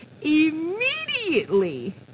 immediately